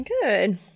Good